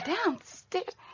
Downstairs